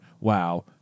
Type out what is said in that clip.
wow